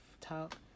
talk